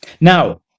Now